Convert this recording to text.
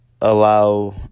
allow